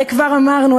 הרי כבר אמרנו,